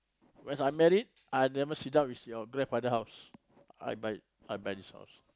when I'm married I never sit down with your grandfather house I buy it I buy this house